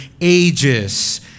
ages